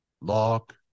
lock